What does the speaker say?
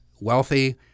wealthy